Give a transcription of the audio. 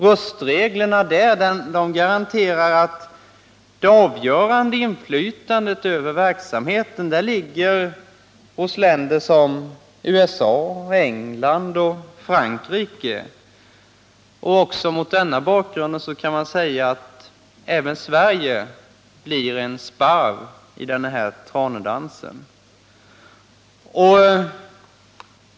Röstreglerna där garanterar nämligen att det avgörande inflytandet över verksamheten ligger hos länder som USA, England och Frankrike. Också mot denna bakgrund kan man säga att även Sverige blir en sparv i tranedansen.